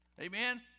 Amen